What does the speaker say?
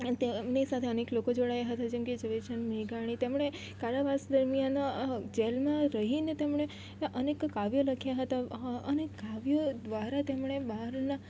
તેમની સાથે અનેક લોકો જોડાયા હતા જેમકે ઝવેરચંદ મેઘાણી તેમણે કારાવાસ દરમિયાન જેલમાં રહીને તેમણે અનેક કાવ્યો લખ્યાં હતાં અને કાવ્યો દ્વારા તેમણે બહારના